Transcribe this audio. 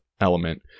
Element